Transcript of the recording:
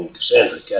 Cassandra